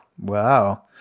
Wow